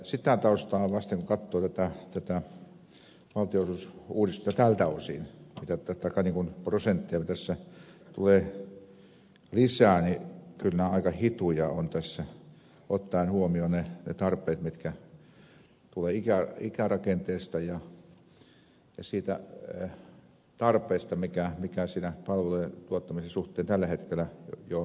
sitä taustaa vasten kun katsoo tätä valtionosuusuudistusta tältä osin mitä prosentteja tässä tulee lisää niin kyllä nämä aika hituja ovat tässä ottaen huomioon ne tarpeet mitkä tulevat ikärakenteesta ja siitä tarpeesta mikä siinä palvelujen tuottamisen suhteen tällä hetkellä jo on ollut olemassa